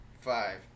Five